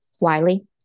Wiley